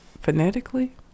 Phonetically